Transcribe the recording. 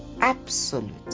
absolute